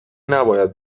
نباید